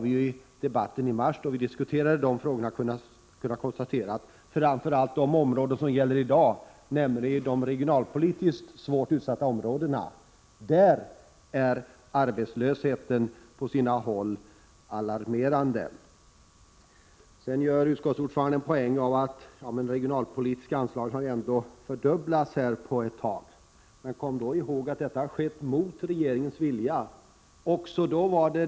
I debatten i mars då vi diskuterade de frågorna kunde vi konstatera att i framför allt de områden som vi i dag talar om, nämligen de regionalpolitiskt svårt utsatta områdena, är arbetslösheten på sina håll alarmerande. Utskottets ordförande gjorde en poäng av att de regionalpolitiska anslagen har fördubblats över en period. Kom då ihåg att detta har skett mot regeringens vilja!